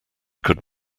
could